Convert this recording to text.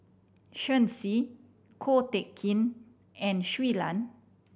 Shen Xi Ko Teck Kin and Shui Lan